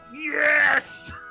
Yes